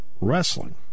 wrestling